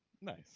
Nice